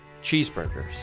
cheeseburgers